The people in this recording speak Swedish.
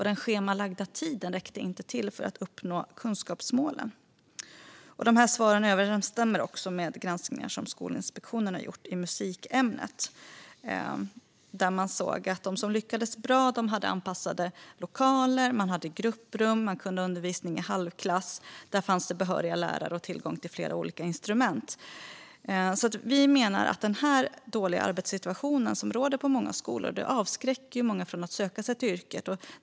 Den schemalagda tiden räckte inte till för att nå kunskapsmålen. Svaren överensstämmer med granskningar som Skolinspektionen har gjort i musikämnet. Där såg man att de som lyckades bra hade anpassade lokaler. Man hade grupprum. Man kunde ha undervisning i halvklass. Det fanns behöriga lärare och tillgång till flera olika instrument. Den dåliga arbetssituation som råder på många skolor avskräcker många från att söka sig till yrket.